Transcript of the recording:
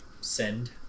send